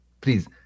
Please